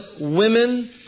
women